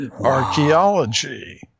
Archaeology